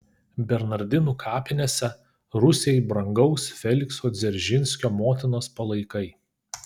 bernardinų kapinėse rusijai brangaus felikso dzeržinskio motinos palaikai